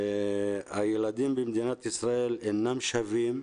הילדים במדינת ישראל אינם שווים,